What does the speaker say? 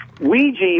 Ouija